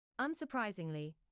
Unsurprisingly